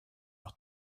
par